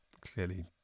clearly